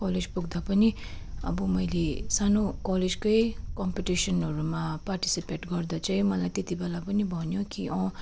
college पुग्दा पनि अब मैले सानो कलेजकै कम्पिटिसनहरूमा पार्टिसिपेट गर्दा चाहिँ मलाई त्यतिबेला पनि भन्यो कि